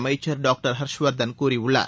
அமைச்சர் டாக்டர் ஹர்ஷ்வர்தன் கூறியுள்ளார்